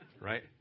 right